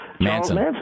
Manson